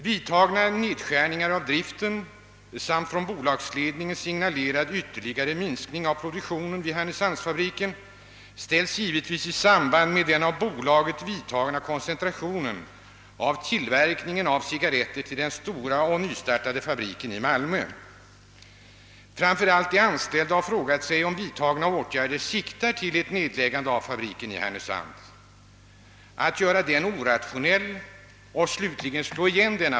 Vidtagna nedskärningar i. driften samt från bolagsledningen signalerad ytterligare minskning av produktionen vid härnösandsfabriken ställs givetvis i samband med den av bolaget vidtagna koncentrationen av tillverkningen av cigarretter till den stora, nystartade fabriken i Malmö. Framför allt de anställda har frågat sig om vidtagna åtgärder syftar till att fabriken i Härnösand skall göras orationell och slutligen slås igen.